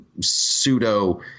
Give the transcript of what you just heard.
pseudo